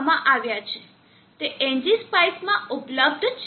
તે એનજીસ્પાઈસ માં ઉપલબ્ધ છે